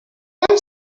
want